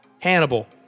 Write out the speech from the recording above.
Hannibal